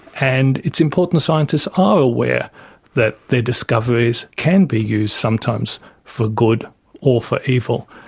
and it's important scientists are aware that their discoveries can be used sometimes for good or for evil.